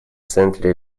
центре